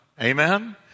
Amen